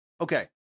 Okay